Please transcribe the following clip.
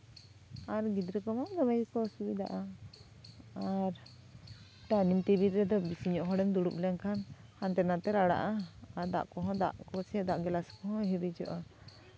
ᱟᱨ ᱜᱤᱫᱽᱨᱟᱹ ᱠᱚᱦᱚᱸ ᱫᱚᱢᱮ ᱜᱮᱠᱚ ᱚᱥᱩᱵᱤᱫᱷᱟᱜᱼᱟ ᱟᱨ ᱰᱟᱭᱱᱤᱝ ᱴᱮᱵᱤᱞ ᱨᱮᱫᱚ ᱵᱮᱥᱤ ᱧᱚᱜ ᱦᱚᱲᱮᱢ ᱫᱩᱲᱩᱵ ᱞᱮᱱᱠᱷᱟᱱ ᱦᱟᱱᱛᱮ ᱱᱟᱛᱮ ᱞᱟᱲᱟᱜᱼᱟ ᱟᱨ ᱫᱟᱜ ᱠᱚᱦᱚᱸ ᱫᱟᱜ ᱠᱚᱥᱮ ᱫᱟᱜ ᱜᱮᱞᱟᱥ ᱠᱚᱦᱚᱸ ᱦᱤᱨᱤᱡᱚᱜᱼᱟ